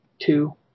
two